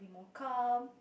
be more calm